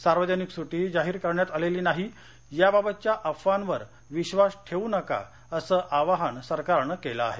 सार्वजनिक सुटीहि जाहीर करण्यात आलेली नाही याबाबतच्या अफवांवर विश्वास ठेऊ नका असं आवाहन सरकारनं केलं आहे